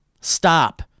Stop